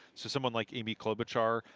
so someone like amy klobuchar,